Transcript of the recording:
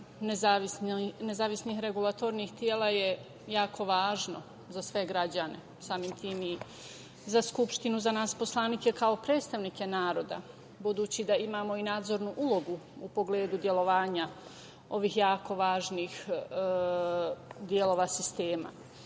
nezavisnih regulatornih tela je jako važno za sve građane, samim tim i za Skupštinu, za nas poslanike kao predstavnike naroda, budući da imamo i nadzornu ulogu u pogledu delovanja ovih jako važnih delova sistema. Kada